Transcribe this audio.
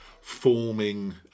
forming